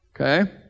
Okay